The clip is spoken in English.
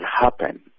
happen